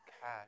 cash